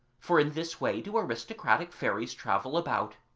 for in this way do aristocratic fairies travel about.